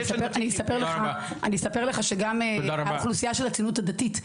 אני אספר לך שגם האוכלוסייה של הציונות הדתית,